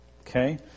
Okay